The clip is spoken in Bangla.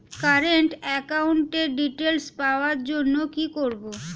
কারেন্ট একাউন্টের ডিটেইলস পাওয়ার জন্য কি করব?